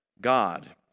God